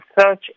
search